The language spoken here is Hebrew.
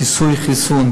כיסוי חיסון.